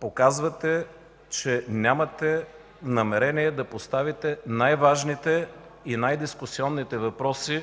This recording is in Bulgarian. показвате, че нямате намерение да поставите най-важните и най-дискусионните въпроси